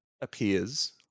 appears